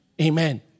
Amen